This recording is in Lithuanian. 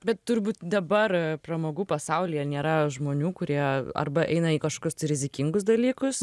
bet turbūt dabar pramogų pasaulyje nėra žmonių kurie arba eina į kažkokius rizikingus dalykus